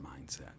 mindset